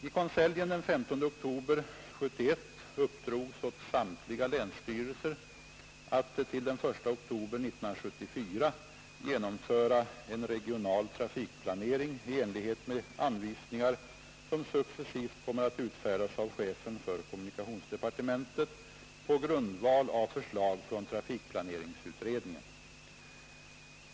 I konseljen den 15 oktober 1971 uppdrogs åt samtliga länsstyrelser att till den I oktober 1974 genomföra en regional trafikplanering i enlighet med anvisningar, som successivt kommer att utfärdas av chefen för kommunikationsdepartementet på grundval av förslag från trafikplaneringsutredningen.